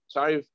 sorry